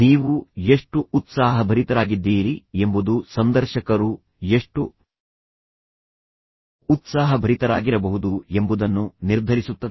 ನೀವು ಎಷ್ಟು ಉತ್ಸಾಹಭರಿತರಾಗಿದ್ದೀರಿ ಎಂಬುದು ಸಂದರ್ಶಕರು ಎಷ್ಟು ಉತ್ಸಾಹಭರಿತರಾಗಿರಬಹುದು ಎಂಬುದನ್ನು ನಿರ್ಧರಿಸುತ್ತದೆ